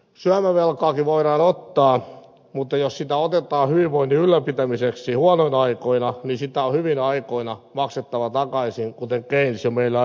syömävelkaakin voidaan ottaa mutta jos sitä otetaan hyvinvoinnin ylläpitämiseksi huonoina aikoina niin sitä on hyvinä aikoina maksettava takaisin kuten keynes jo meille aikoinaan opetti